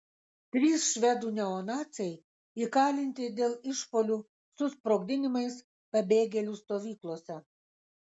trys švedų neonaciai įkalinti dėl išpuolių su sprogdinimais pabėgėlių stovyklose